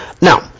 Now